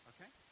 Okay